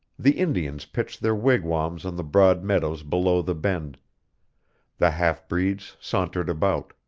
the indians pitched their wigwams on the broad meadows below the bend the half-breeds sauntered about,